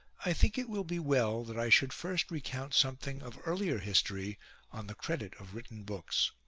i think it will be well that i should first recount something of earlier history on the credit of written books.